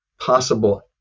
possible